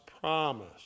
promise